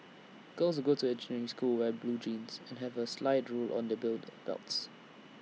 girls go to engineering school wear blue jeans and have A slide rule on their build belts